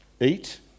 eat